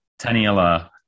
Taniela